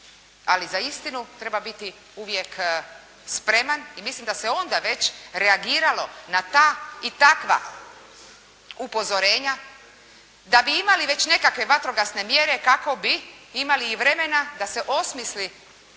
Ali za istinu treba biti uvijek spreman i mislim da se onda već reagiralo na ta i takva upozorenja, da bi imali već nekakve vatrogasne mjere kako bi imali i vremena da se osmisle